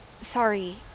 Sorry